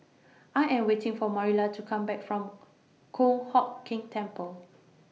I Am waiting For Marilla to Come Back from Kong Hock Keng Temple